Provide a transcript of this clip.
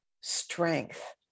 strength